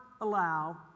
allow